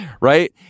Right